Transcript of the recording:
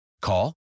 Call